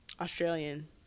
Australian